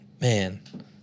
man